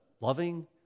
loving